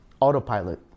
autopilot